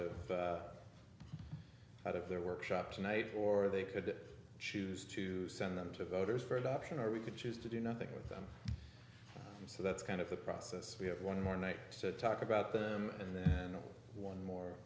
of out of their workshop tonight or they could choose to send them to voters for adoption or we could choose to do nothing with them so that's kind of the process we have one more night to talk about them and then one more